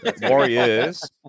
Warriors